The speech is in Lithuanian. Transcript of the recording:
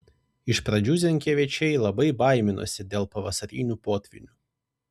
iš pradžių zenkevičiai labai baiminosi dėl pavasarinių potvynių